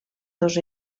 dos